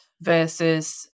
versus